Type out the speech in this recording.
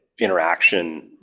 interaction